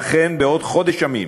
ואכן, בעוד חודש ימים